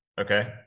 Okay